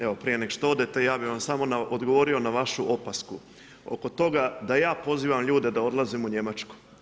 Evo prije nego što odete, ja bi vam samo odgovorio na vašu opasku oko toga da ja pozivam ljude da odlaze u Njemačku.